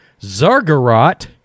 Zargarot